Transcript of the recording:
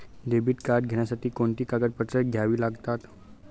Debit card घेण्यासाठी कोणती कागदपत्रे द्यावी लागतात?